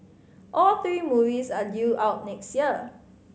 all three movies are due out next year